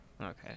Okay